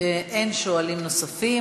אין שואלים נוספים,